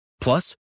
Plus